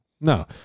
no